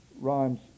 rhymes